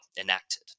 enacted